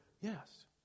Yes